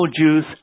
Jews